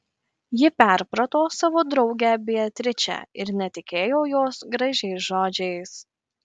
ji perprato savo draugę beatričę ir netikėjo jos gražiais žodžiais